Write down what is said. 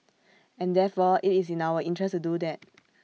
and therefore IT is in our interest to do that